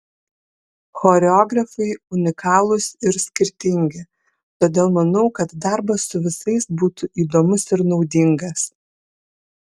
choreografai unikalūs ir skirtingi todėl manau kad darbas su visais būtų įdomus ir naudingas